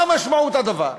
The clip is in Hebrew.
מה משמעות הדבר?